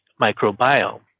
microbiome